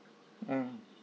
mm